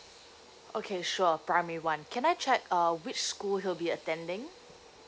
okay sure primary one can I check uh which school he'll be attending